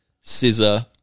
scissor